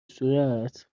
صورت